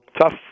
tough